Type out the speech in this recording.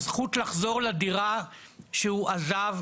הזכות לחזור לדירה שהוא עזב,